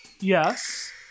Yes